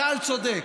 צה"ל צודק.